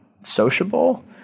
sociable